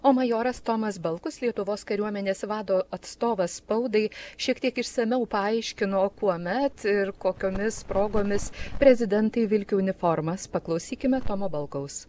o majoras tomas balkus lietuvos kariuomenės vado atstovas spaudai šiek tiek išsamiau paaiškino kuomet ir kokiomis progomis prezidentai vilki uniformas paklausykime tomo balkaus